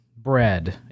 Bread